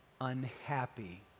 unhappy